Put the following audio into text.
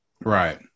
Right